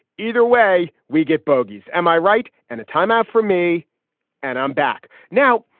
either way we get bogeys. am i right. and a time out for me and i'm back now.